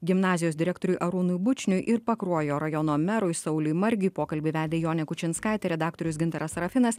gimnazijos direktoriui arūnui bučniui ir pakruojo rajono merui sauliui margiui pokalbį vedė jonė kučinskaitė redaktorius gintaras sarafinas